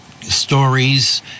stories